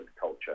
culture